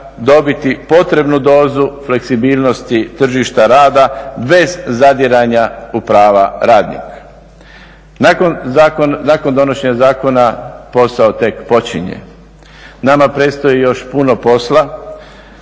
dobiti potrebnu dozu fleksibilnosti tržišta rada bez zadiranja u prava radnika. Nakon donošenja zakona posao tek počinje. Nama predstoji još puno posla.